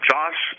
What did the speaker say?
Josh